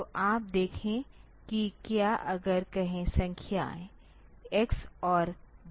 तो आप देखें कि क्या अगर कहे संख्याएँ x और y हैं